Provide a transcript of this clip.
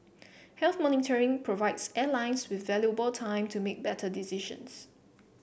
health monitoring provides airlines with valuable time to make better decisions